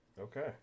Okay